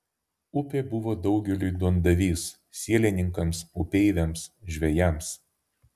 upė buvo daugeliui duondavys sielininkams upeiviams žvejams